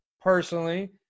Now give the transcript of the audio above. personally